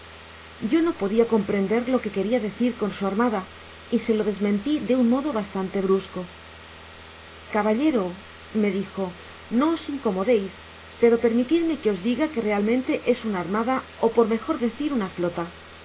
yo no podia comprender lo que queria decir con su armada y se lo desmentí de un modo bastante brusco caballero me dijo no os incomodeis pero permitidme que os diga que realmente es una armada ó por mejor decir una flota